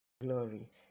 glory